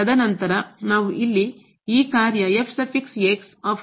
ತದನಂತರ ನಾವು ಇಲ್ಲಿಈ ಕಾರ್ಯ ಏನು ಎಂದು ನೋಡಬೇಕು